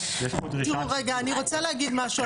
תראו רגע, אני רוצה להגיד משהו.